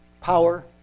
power